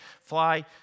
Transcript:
fly